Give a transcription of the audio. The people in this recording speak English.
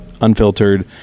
unfiltered